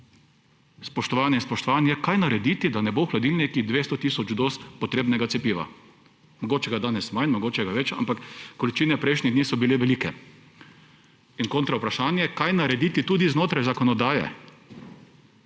spoštovane in spoštovani, je, kaj narediti, da ne bo v hladilnikih 200 tisoč doz potrebnega cepiva. Mogoče ga je danes manj, mogoče ga je več, ampak količine prejšnjih dni so bile velike. In kontra vprašanje, kaj narediti tudi znotraj zakonodaje,